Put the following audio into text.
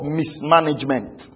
mismanagement